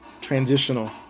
Transitional